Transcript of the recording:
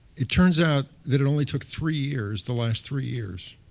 it turns out that it only took three years, the last three years,